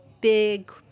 big